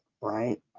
Right